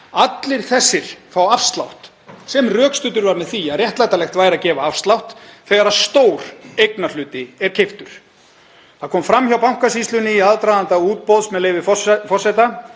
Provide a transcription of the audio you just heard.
Allir þessir fá afslátt sem rökstuddur var með því að réttlætanlegt væri að gefa afslátt þegar stór eignarhluti væri keyptur. Það kom fram hjá Bankasýslunni í aðdraganda útboðs, með leyfi forseta: